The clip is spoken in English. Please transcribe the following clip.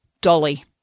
Dolly